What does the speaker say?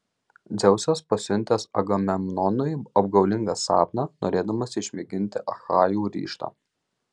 dzeusas pasiuntęs agamemnonui apgaulingą sapną norėdamas išmėginti achajų ryžtą